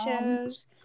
shows